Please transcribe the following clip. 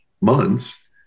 months